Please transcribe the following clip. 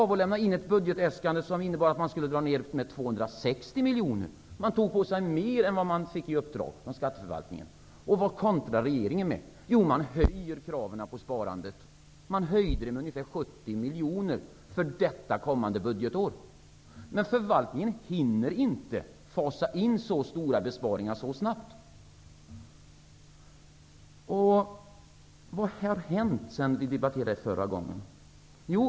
Man har lämnat in ett budgetäskande som innebär att man skulle dra ner med 260 miljoner. Man tog på sig mer än vad man fick i uppdrag från skatteförvaltningen. Vad kontrar regeringen med? Jo, man höjde kravet på sparandet. Man höjde det med ungefär 70 miljoner för detta kommande budgetår. Förvaltningen hinner inte fasa in så stora besparingar så snabbt. Vad har hänt sedan vi debatterade dessa frågor förra gången?